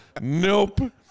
Nope